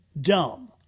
dumb